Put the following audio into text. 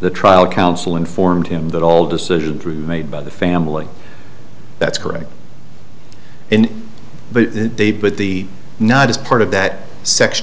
the trial counsel informed him that all decisions through made by the family that's correct in the day but the night is part of that section